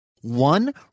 one